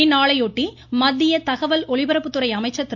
இந்நாளையொட்டி மத்திய தகவல் ஒலிபரப்புத்துறை அமைச்சர் திரு